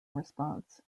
response